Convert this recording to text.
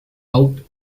out